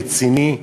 רציני,